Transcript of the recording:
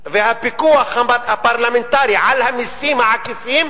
הפיקוח הפרלמנטרי על המסים העקיפים,